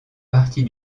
partie